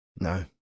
No